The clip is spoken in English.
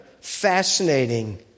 fascinating